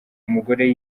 umugore